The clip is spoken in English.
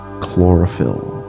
chlorophyll